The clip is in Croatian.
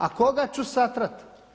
A koga ću satrat?